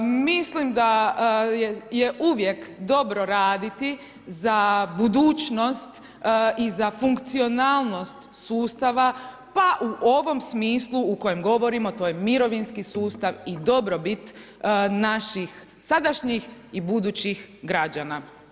Mislim da je uvijek dobro raditi za budućnost i za funkcionalnost sustava, pa u ovom smislu u kojem govorimo, to je mirovinski sustav i dobrobit naših sadašnjih i budućih građana.